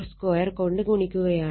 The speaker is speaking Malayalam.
42 കൊണ്ട് ഗുണിക്കുകയാണ്